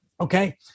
okay